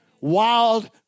Wild